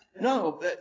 No